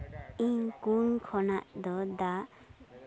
ᱤᱧ ᱠᱩᱸᱧ ᱠᱷᱚᱱᱟᱜ ᱫᱚ ᱫᱟᱜ